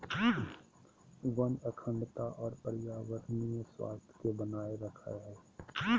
वन अखंडता और पर्यावरणीय स्वास्थ्य के बनाए रखैय हइ